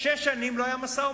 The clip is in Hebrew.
ששש שנים לא היה משא-ומתן.